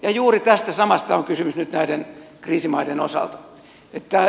juuri tästä samasta on kysymys nyt näiden kriisimaiden osalta